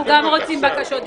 גם אנחנו רוצים בקשות דיבור.